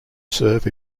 serve